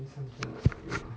something